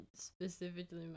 specifically